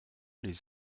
les